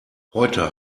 heute